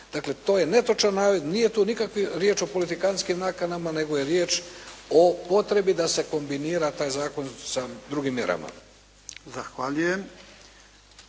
Dakle to je netočan navod. Nije to nikakvi, riječ o politikanskim nakanama nego je riječ o potrebi da se kombinira taj zakon sa drugim mjerama. **Jarnjak,